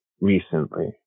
recently